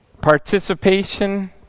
Participation